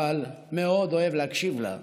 אבל מאוד אוהב להקשיב לה,